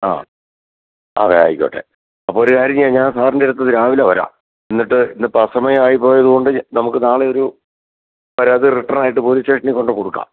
ആ അതെ ആയിക്കോട്ടെ അപ്പോൾ ഒരു കാര്യം ചെയ്യാം ഞാൻ സാറിൻ്റടുത്ത് രാവിലെ വരാം എന്നിട്ട് ഇന്നിപ്പോൾ അസമയായിപ്പോയതുകൊണ്ട് നമുക്ക് നാളെയൊരു പരാതി റിട്ടണായിട്ട് പോലീസ് സ്റ്റേഷനിൽ കൊണ്ട് കൊടുക്കാം